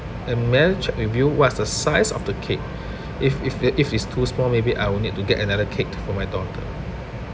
um may I check with you what's the size of the cake if if i~ if it's too small maybe I will need to get another cake for my daughter